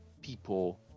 people